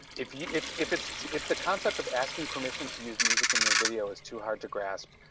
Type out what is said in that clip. if you, if, if it's if the concept of asking permission to use music in your video is too hard to grasp.